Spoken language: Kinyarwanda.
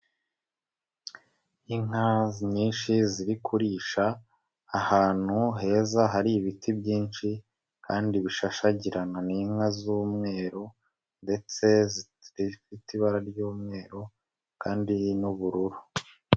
Inka nyinshi ziri kurisha ahantu heza hari ibiti byinshi, kandi bishashagirana n'inka z'umweru ndetse zifite ibara ry'umweru kandi n'ubururu.